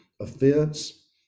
offense